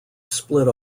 split